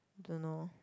don't know